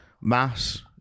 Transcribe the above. Mass